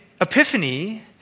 epiphany